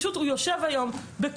הוא יושב בכולל,